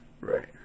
right